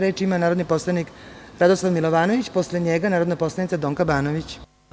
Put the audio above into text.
Reč ima narodni poslanik Radoslav Milovanović, a posle njega narodna poslanica Donka Banović.